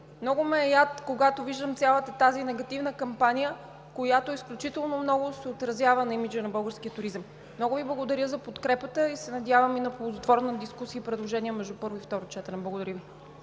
много ме е яд, когато виждам цялата тази негативна кампания, която изключително много се отразява на имиджа на българския туризъм. Много Ви благодаря за подкрепата и се надявам на ползотворна дискусия и предложения между първо и второ четене. Благодаря Ви.